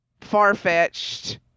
far-fetched